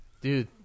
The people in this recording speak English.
dude